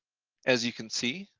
as you can see,